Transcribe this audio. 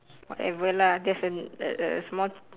whatever lah just a a a small